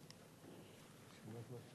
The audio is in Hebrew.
דוד.